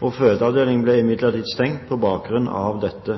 og fødeavdelingen ble midlertidig stengt på bakgrunn av dette.